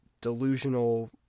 delusional